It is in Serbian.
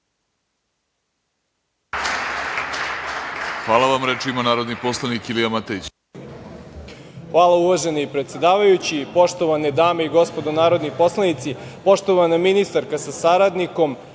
Hvala vam. Reč ima narodni poslanik Ilija Matejić. **Ilija Matejić** Hvala uvaženi predsedavajući, poštovane dame i gospodo narodni poslanici, poštovana ministarka sa saradnikom,